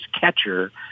catcher